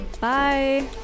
bye